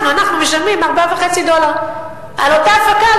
אנחנו משלמים 4.5 דולר על אותה הפקה.